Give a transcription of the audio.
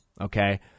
okay